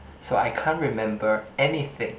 so I can't remember anything